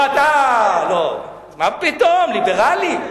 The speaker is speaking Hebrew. לא, מה פתאום, ליברלית.